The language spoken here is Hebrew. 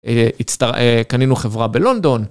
קנינו חברה בלונדון.